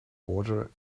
water